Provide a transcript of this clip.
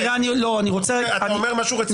אתה אומר משהו רציני.